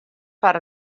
foar